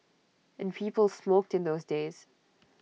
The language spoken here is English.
and people smoked in those days